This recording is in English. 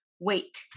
wait